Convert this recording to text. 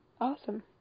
Awesome